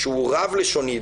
שהוא רב לשוני,